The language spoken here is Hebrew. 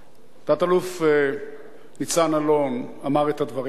תת-אלוף ניצן אלון אמר את הדברים הבאים: